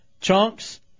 Chunks